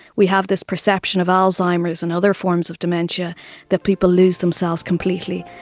we have this perception of alzheimer's and other forms of dementia that people lose themselves completely,